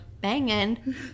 banging